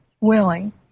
willing